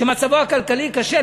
שמצבו הכלכלי קשה,